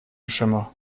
schimmer